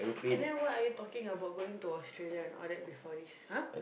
and then what are you talking about going to Australia and all that before this !huh!